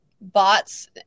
Bots